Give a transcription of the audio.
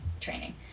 training